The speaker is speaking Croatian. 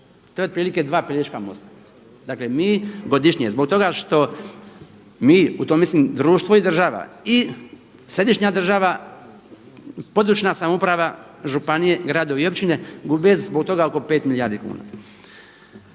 to je otprilike 2 Pelješka mosta. Dakle mi godišnje zbog toga što mi, u to mislim društvo i država i središnja država, područna samouprava, županije, gradovi i općine gube zbog toga oko 5 milijardi kuna.